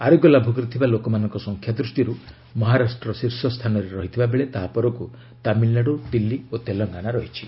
ଆରୋଗ୍ୟ ଲାଭ କରିଥିବା ଲୋକମାନଙ୍କ ସଂଖ୍ୟା ଦୃଷ୍ଟିର୍ ମହାରାଷ୍ଟ ଶୀର୍ଷସ୍ଥାନରେ ରହିଥିବା ବେଳେ ତାହା ପରକୁ ତାମିଲନାଡୁ ଦିଲ୍ଲୀ ଓ ତେଲଙ୍ଗାନା ରହିଛି